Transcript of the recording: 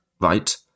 right